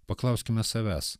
paklauskime savęs